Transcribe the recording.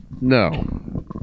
No